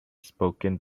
spoken